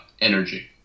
energy